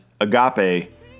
Agape